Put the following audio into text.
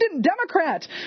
Democrat